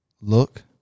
look